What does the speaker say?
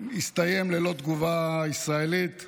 שהסתיים ללא תגובה ישראלית,